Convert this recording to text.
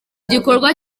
gikorwa